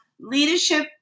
Leadership